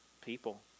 people